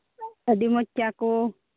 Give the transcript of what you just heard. ᱟᱹᱰᱤ ᱢᱚᱡᱽ ᱪᱟ ᱠᱚ